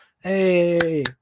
Hey